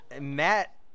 Matt